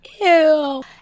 Ew